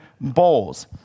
bowls